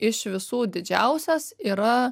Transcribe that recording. iš visų didžiausias yra